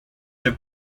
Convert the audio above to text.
have